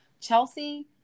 Chelsea